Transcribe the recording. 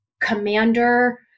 commander-